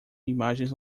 imagens